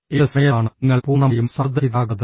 ഏത് സമയത്താണ് നിങ്ങൾ പൂർണ്ണമായും സമ്മർദ്ദരഹിതരാകുന്നത്